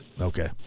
Okay